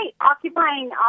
occupying